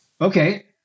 Okay